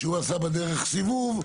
שהוא עשה בדרך סיבוב,